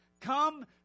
Come